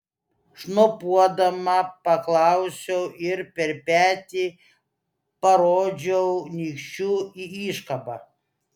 šnopuodama paklausiau ir per petį parodžiau nykščiu į iškabą